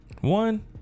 One